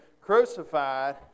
crucified